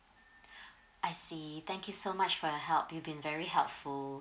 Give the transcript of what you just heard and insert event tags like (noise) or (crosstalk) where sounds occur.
(breath) I see thank you so much for your help you've been very helpful